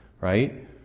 Right